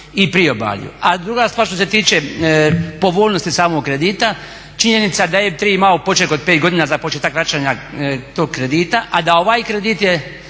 i priobalju. A druga stvar, što se tiče povoljnosti samog kredita činjenica da je EIB3 imao poček od 5 godina za početak vraćanja tog kredita a da ovaj kredit je